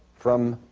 from